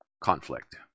conflict